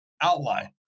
outline